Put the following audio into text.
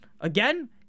again